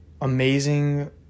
amazing